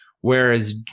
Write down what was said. Whereas